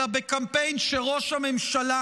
אלא בקמפיין שראש הממשלה,